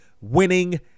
winning